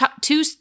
Two